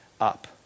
up